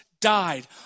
died